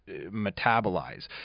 metabolize